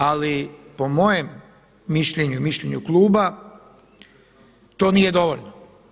Ali po mojem mišljenju i mišljenju kluba to nije dovoljno.